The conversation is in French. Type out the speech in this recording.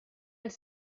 elle